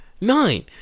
Nine